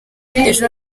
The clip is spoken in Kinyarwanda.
ejo